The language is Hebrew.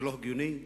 לא הגיוני,